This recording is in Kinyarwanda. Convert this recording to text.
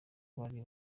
bari